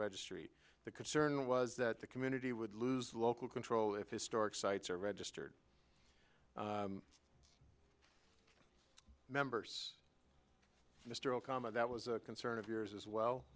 registry the concern was that the community would lose local control of historic sites or registered members mr okama that was a concern of yours as well